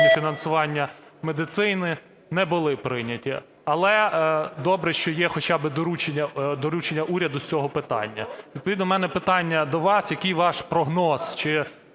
добре, що є хоча б доручення уряду з цього питання. Відповідно у мене питання до вас. Який ваш прогноз,